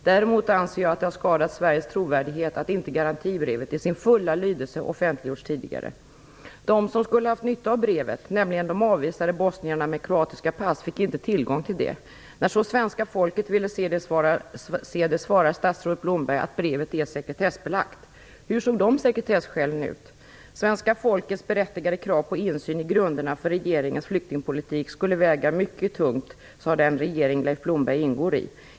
Däremot anser jag att det har skadat Sveriges trovärdighet att garantibrevet i sin fulla lydelse inte offentliggjorts tidigare. De som skulle ha haft nytta av brevet - de avvisade bosnierna med kroatiska pass - fick inte tillgång till brevet. När svenska folket ville se brevet svarade statsrådet Blomberg att det är sekretessbelagt. Hur såg de sekretesskälen ut? Svenska folkets berättigade krav på insyn i grunderna för regeringens flyktingpolitik skulle väga mycket tungt, sade den regering som Leif Blomberg ingår i.